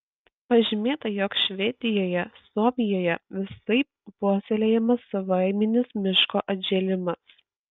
pažymėta jog švedijoje suomijoje visaip puoselėjamas savaiminis miško atžėlimas